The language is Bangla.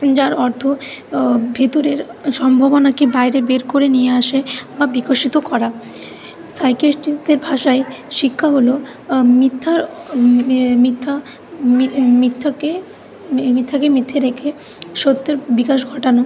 যার অর্থ ভিতরের সম্ভবনাকে বাইরে বের করে নিয়ে আসে বা বিকশিত করা সাইক্রিয়াটিস্টদের ভাষায় শিক্ষা হলো মিথ্যার এ মিথ্যা মিথ্যাকে মিথ্যাকে মিথ্যে রেখে সত্যের বিকাশ ঘটানো